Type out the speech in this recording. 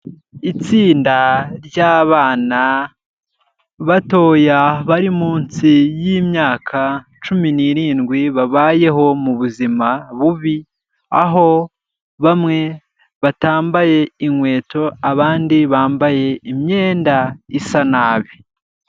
Itsinda ry'abana batoya bari munsi y'imyaka cumi n'irindwi babayeho mu buzima bubi, aho bamwe batambaye inkweto, abandi bambaye imyenda isa nabi.